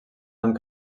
amb